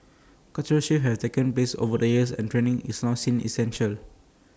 cultural shifts have taken place over the years and training is now seen as essential